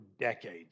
decades